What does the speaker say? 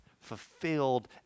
Fulfilled